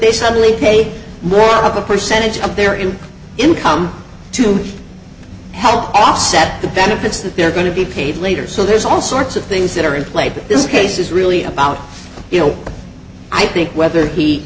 they suddenly take more of a percentage of their in income to help offset the benefits that they're going to be paid later so there's all sorts of things that are in play for this case is really about you know i think whether he